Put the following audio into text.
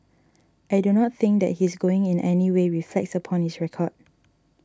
I do not think that his going in anyway reflects upon his record